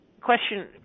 question